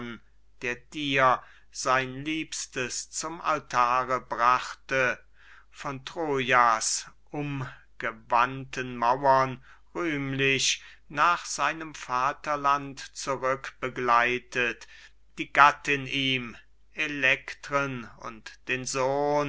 der dir sein liebstes zum altare brachte von troja's umgewandten mauern rühmlich nach seinem vaterland zurück begleitet die gattin ihm elektren und den sohn